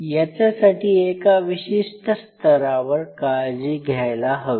याच्यासाठी एका विशिष्ट स्तरावर काळजी घ्यायला हवी